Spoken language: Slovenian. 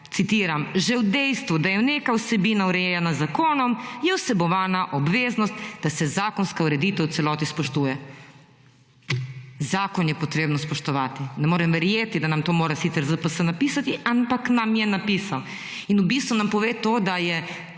citiram, »že v dejstvu, da je neka vsebina urejena z zakonom, je vsebovana obveznost, da se zakonska ureditev v celoti spoštuje«. Zakon je potrebno spoštovati. Ne morem verjeti, da nam to mora sicer ZPS napisati, ampak nam je napisal. In v bistvu nam pove to, da je